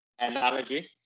analogy